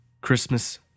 Christmas